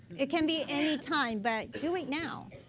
it can be any time, but do it now.